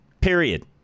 Period